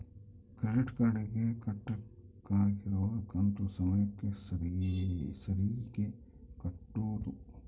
credit card ಗೆ ಕಟ್ಬಕಾಗಿರೋ ಕಂತು ಸಮಯಕ್ಕ ಸರೀಗೆ ಕಟೋದು